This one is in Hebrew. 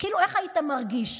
איך היית מרגיש?